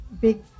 big